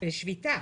שביתה.